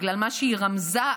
בגלל מה שהיא רמזה,